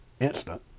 instant